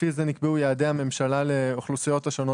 לפי זה נקבעו יעדי הממשלה לאוכלוסיות השונות